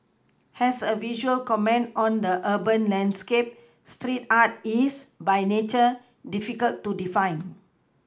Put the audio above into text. as a visual comment on the urban landscape street art is by nature difficult to define